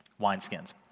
wineskins